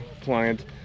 client